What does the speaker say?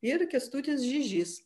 ir kęstutis žižys